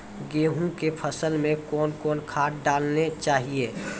गेहूँ के फसल मे कौन कौन खाद डालने चाहिए?